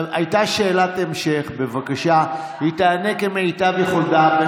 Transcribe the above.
הייתה שאלת המשך, בבקשה, והיא תענה כמיטב יכולתה.